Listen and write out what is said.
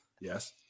Yes